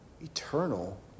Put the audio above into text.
eternal